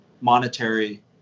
monetary